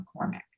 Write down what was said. McCormick